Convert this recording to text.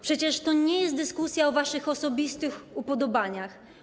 Przecież to nie jest dyskusja o waszych osobistych upodobaniach.